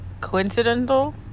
coincidental